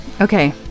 okay